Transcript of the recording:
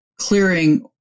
clearing